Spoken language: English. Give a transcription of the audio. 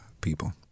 people